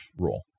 rule